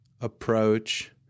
approach